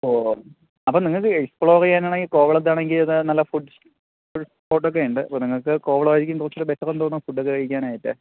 ഓ അപ്പോള് നിങ്ങള്ക്ക് എക്സ്പ്ലോർ ചെയ്യാനാണെങ്കില് കോവളത്താണെങ്കില് നല്ല ഫുഡ് സ്പോട്ടൊക്കെ ഇണ്ട് അപ്പോള് നിങ്ങള്ക്ക് കോവളമായിരിക്കും കുറച്ചൂ ബെറ്ററെന്നു തോന്നുന്നു ഫുഡൊക്കെ കഴിക്കാനായിട്ടേ